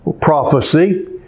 prophecy